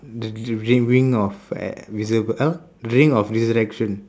the the ring ring of eh wizard~ uh ring of resurrection